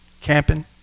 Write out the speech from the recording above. camping